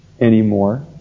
anymore